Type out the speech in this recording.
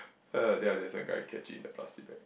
uh then I think after that some guy catch it in a plastic bag